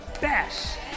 best